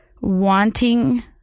wanting